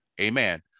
amen